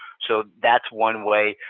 so that's one way.